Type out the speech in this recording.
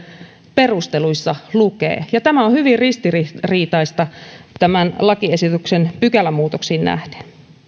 perusteluissa lukee ja tämä on hyvin ristiriitaista tämän lakiesityksen pykälämuutoksiin nähden